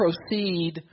proceed